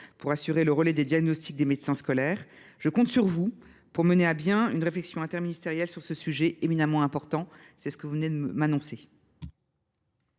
pour assurer le relais des diagnostics des médecins scolaires. Je compte sur vous pour mener à bien une réflexion interministérielle sur ce sujet très important, conformément à ce que vous venez d’annoncer.